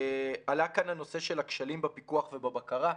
עלה כאן הנושא של הכשלים בפיקוח ובבקרה.